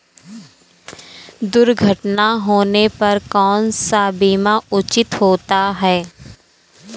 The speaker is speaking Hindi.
दुर्घटना होने पर कौन सा बीमा उचित होता है?